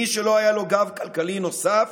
מי שלא היה לו גב כלכלי נוסף